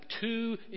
two